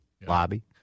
lobby